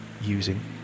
using